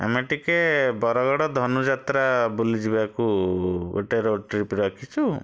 ଆମେ ଟିକେ ବରଗଡ଼ ଧନୁଯାତ୍ରା ବୁଲି ଯିବାକୁ ଗୋଟେ ରୋଡ଼ ଟ୍ରିପ୍ ରଖିଛୁ